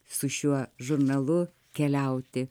su šiuo žurnalu keliauti